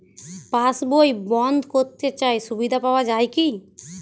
পাশ বই বন্দ করতে চাই সুবিধা পাওয়া যায় কি?